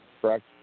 correct